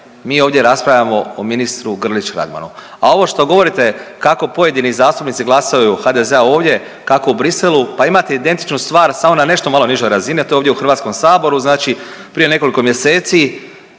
Mi ovdje raspravljamo o ministru Grlić Radmanu. A ovo što govorite kako pojedini zastupnici glasaju HDZ-a ovdje, kako u Bruxellesu pa imate identičnu stvar samo na nešto malo nižoj razini, a to je ovdje u Hrvatskom saboru. Znači prije nekoliko mjeseci